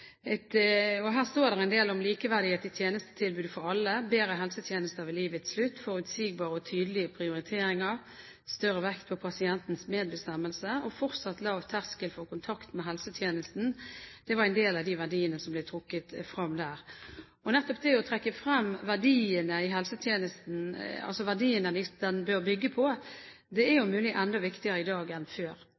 Her står det en del om likeverdighet i tjenestetilbudet for alle, bedre helsetjenester ved livets slutt, forutsigbare og tydelige prioriteringer, større vekt på pasientens medbestemmelse og fortsatt lav terskel for kontakt med helsetjenesten. Det var en del av de verdiene som ble trukket frem der. Nettopp det å trekke frem verdiene i helsetjenesten – altså verdiene den bør bygge på – er om mulig enda viktigere i dag enn før.